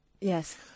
Yes